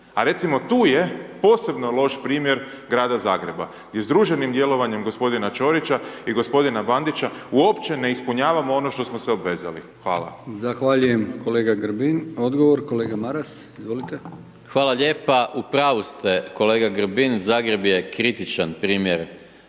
A recimo tu je, posebno loš primjer Grada Zagreba i združenim djelovanjem g. Ćorića i g. Bandića uopće ne ispunjavamo ono što smo se obvezali. Hvala. **Brkić, Milijan (HDZ)** Zahvaljujem kolega Grbin. Odgovor, kolega Maras. **Maras, Gordan (SDP)** Hvala lijepa. U pravu ste kolega Grbin, Zagreb je kritičan primjer